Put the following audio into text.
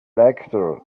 lecture